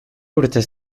urtez